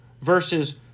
Versus